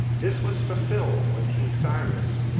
this was fulfilled when king cyrus,